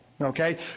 okay